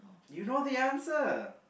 do you know the answer